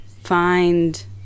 find